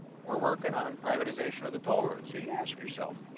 we're working on privatization of the toll roads. so you ask yourself, you